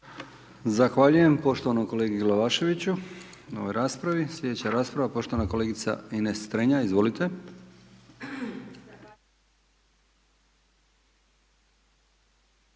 Zahvaljujem poštovanom kolegi Glavaševiću na ovoj raspravi. Slijedeća rasprava, poštovana kolegica Ines Strenja, izvolite